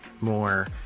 more